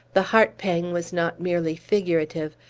the heart-pang was not merely figurative,